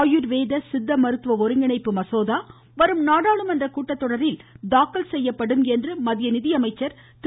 ஆயுர்வேத சித்த மருத்துவ ஒருங்கிணைப்பு மசோதா வரும் நாடாளுமன்ற கூட்டத்தொடரில் தாக்கல் செய்யப்படும் என்று மத்திய நிதியமைச்சர் திரு